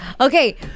Okay